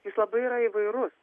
jis labai yra įvairus